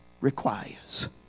requires